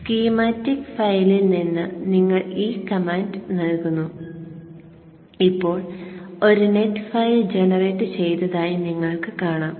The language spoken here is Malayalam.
സ്കീമാറ്റിക് ഫയലിൽ നിന്ന് നിങ്ങൾ ഈ കമാൻഡ് നൽകുന്നു ഇപ്പോൾ ഒരു നെറ്റ് ഫയൽ ജനറേറ്റ് ചെയ്തതായി നിങ്ങൾക്ക് കാണാം